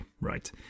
right